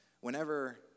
whenever